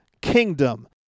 Kingdom